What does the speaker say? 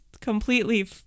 completely